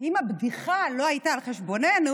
אם הבדיחה לא הייתה על חשבוננו,